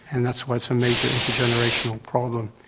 and that's why it's a major intergenerational problem.